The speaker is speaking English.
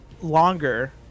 longer